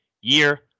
year